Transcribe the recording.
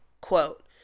Quote